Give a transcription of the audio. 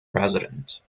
president